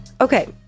Okay